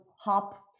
hop